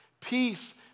Peace